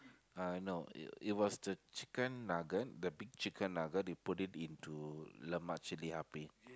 uh no it was the chicken nugget the big chicken nugget you put it into lemak chilli api